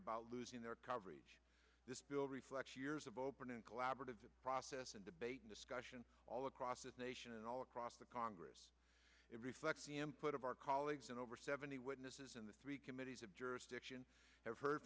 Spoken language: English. about losing their coverage this bill reflects years of open and collaborative process and debate and discussion all across the nation and all across the congress it reflects put of our colleagues and over seventy witnesses in the three committees of jurisdiction have heard